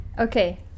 Okay